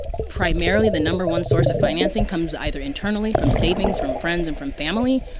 primarily, the number one source of financing comes either internally from savings, from friends and from family,